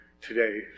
Today